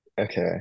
Okay